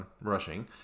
rushing